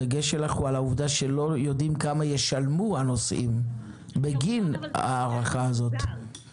הדגש שלך הוא על העובדה שלא יודעים כמה ישלמו הנוסעים בגין ההארכה הזאת.